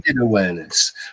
awareness